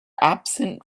absent